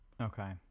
okay